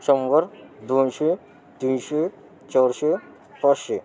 शंभर दोनशे तीनशे चारशे पाचशे